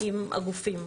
עם הגופים.